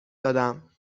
دادم